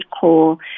call